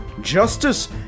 justice